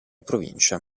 provincia